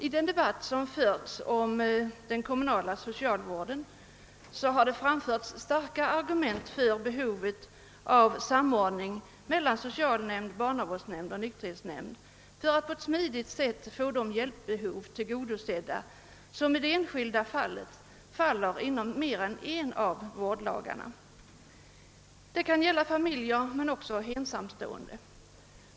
I debatten om den kommunala socialvården har starka argument framförts för behovet av samordning mellan socialnämnd, barnavårdsnämnd och nykterhetsnämnd för att på ett smidigt sätt få de hjälpbehov tillgodosedda som i det enskilda fallet gäller mer än en av vårdlagarna. Det kan röra sig om familjer men också om ensamstående.